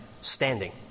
standing